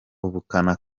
ubukana